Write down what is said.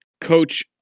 coach